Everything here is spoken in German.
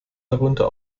darunter